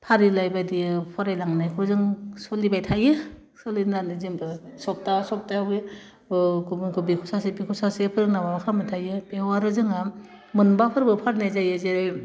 फारिलाइ बादियै फरायलांनायखौ जों सलिबाय थायो सोलिनानै जेनैबा सप्ता सप्तायाव बे ओह गुबुनखौ बेखौ सासे बेखौ सासे फोरोंना माबा खालामबाय थायो बेयाव आरो जोङो मोनबा फोरबो फालिनाय जायो जेरै